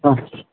हां